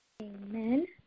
Amen